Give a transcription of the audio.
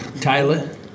Tyler